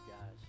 guys